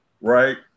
right